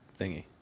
thingy